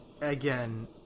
Again